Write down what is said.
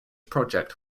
project